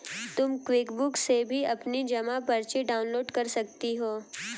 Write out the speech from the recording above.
तुम क्विकबुक से भी अपनी जमा पर्ची डाउनलोड कर सकती हो